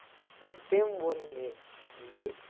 تہٕ تٔمۍ ووٚن مےٚ زِ